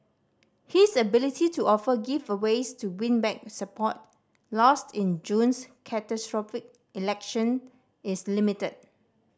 his ability to offer giveaways to win back support lost in June's catastrophic election is limited